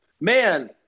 man